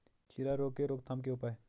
खीरा रोग के रोकथाम के उपाय?